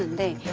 they